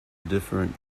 different